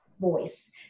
voice